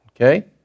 Okay